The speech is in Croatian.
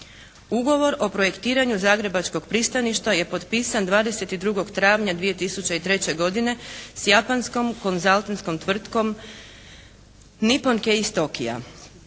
Ugovor o projektiranju zagrebačkog pristaništa je potpisan 22. travnja 2003. godine s japanskom konzaltinskom tvrtkom Nippon key iz Tokia.